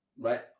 right